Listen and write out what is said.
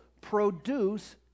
produce